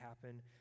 happen